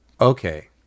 okay